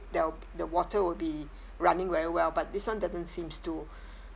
the wa~ the water will be running very well but this [one] doesn't seems to